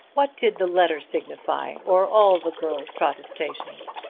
what did the letter signify, or all the girl's protestations?